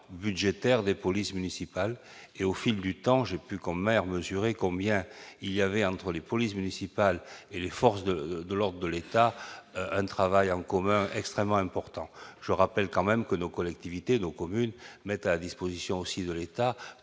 budgétaire des polices municipales et au fil du temps, j'ai pu mesurer combien il y avait entre les polices municipales et les forces de de lors de l'État, un travail en commun extrêmement important, je rappelle quand même que nos collectivités nos communes mettent à disposition aussi de l'État,